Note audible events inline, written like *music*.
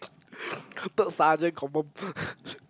*noise* third sergeant confirm